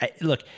Look